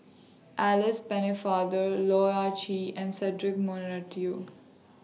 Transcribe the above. Alice Pennefather Loh Ah Chee and Cedric Monteiro